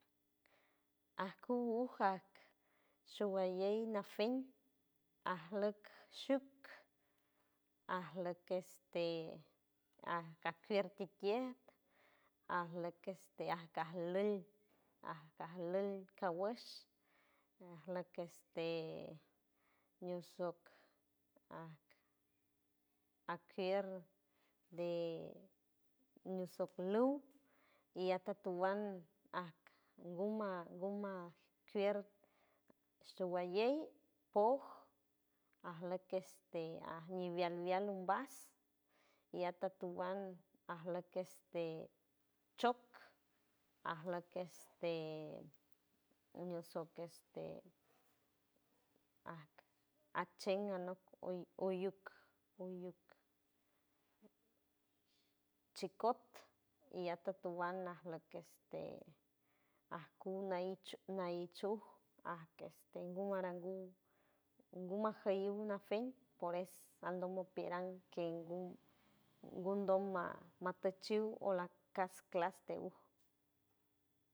Ajcu ujak shuguayey nafein arlok shuk arlok este ajcakier titier arlok este aj carlol aj carlol caguash arlok este ñusoc ac akier de ñusorluw y atotowand aj guman guman jier shuguayey poj arlok este ajñi bial bial umbas y atotowand arlok keste choc ajlok este uñusok este aj ajche anok oyuk oyuk chicot y atotowand arlok este ajcu naich naichu aj este gum arangu guma jayum nafen por es aldomo peran ke gundon ma mapuchiu o la cas clase de uj.